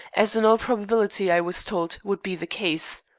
as in all probability, i was told, would be the case.